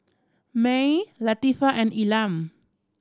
Mae Latifah and Elam